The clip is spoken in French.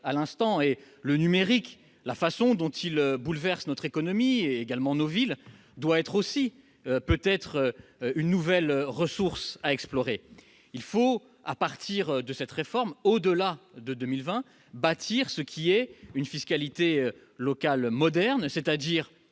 à l'instant du numérique. Or la façon dont il bouleverse notre économie et nos villes est aussi, peut-être, une nouvelle ressource à explorer. Il faut, à partir de cette réforme, et au-delà de 2020, bâtir une fiscalité locale moderne, c'est-à-dire